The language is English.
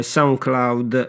SoundCloud